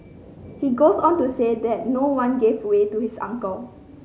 he goes on to say that no one gave way to his uncle